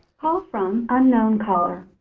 call from unknown caller.